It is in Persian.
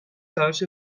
تراش